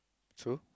true